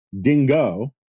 DINGO